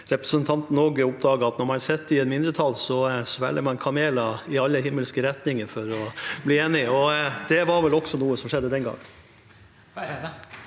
representanten oppdaget, at når man sitter i mindretall, svelger man kameler i alle himmelretninger for å bli enig, og det var vel også noe som skjedde den gangen.